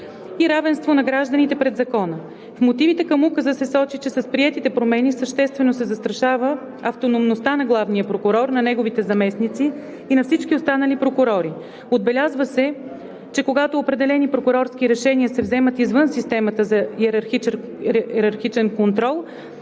и равенството на гражданите пред закона. В мотивите към Указа се сочи, че с приетите промени съществено се застрашава автономността на главния прокурор, на неговите заместници и на всички останали прокурори. Отбелязва се, че когато определени прокурорски решения се вземат извън системата за йерархичен контрол,